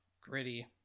gritty